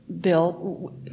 Bill